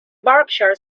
berkshire